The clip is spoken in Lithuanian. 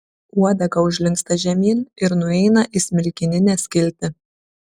uodega užlinksta žemyn ir nueina į smilkininę skiltį